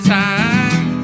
time